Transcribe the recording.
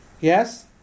Yes